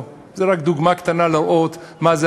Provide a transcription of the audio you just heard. זו רק דוגמה קטנה כדי להראות מה הייתה